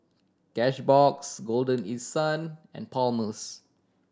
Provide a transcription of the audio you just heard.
Cashbox Golden East Sun and Palmer's